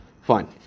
Fine